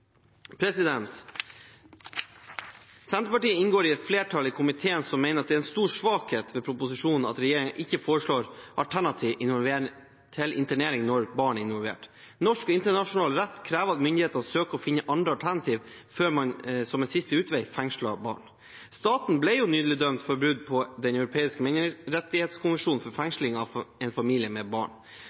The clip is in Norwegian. Senterpartiet inngår i et flertall i komiteen som mener det er en stor svakhet ved proposisjonen at regjeringen ikke foreslår alternativ til internering når barn er involvert. Norsk og internasjonal rett krever at myndighetene søker å finne andre alternativer, og som en siste utvei fengsel av barn. Staten ble nylig dømt for brudd på Den europeiske menneskerettighetskonvensjonen for fengsling av en familie med barn.